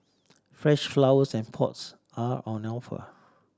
fresh flowers and pots are on the offer